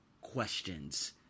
questions